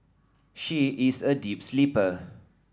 she is a deep sleeper